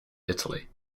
italy